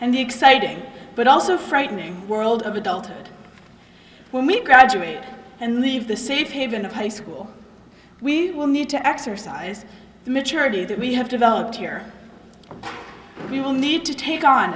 and the exciting but also frightening world of adult when we graduate and leave the safe haven of high school we will need to exercise the maturity that we have developed here we will need to take on